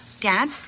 Dad